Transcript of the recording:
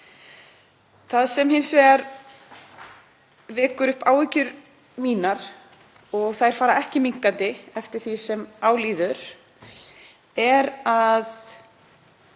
Það sem hins vegar vekur upp áhyggjur mínar, og þær fara ekki minnkandi eftir því sem á líður, er að